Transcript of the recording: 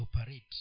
operate